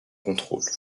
contrôle